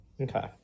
Okay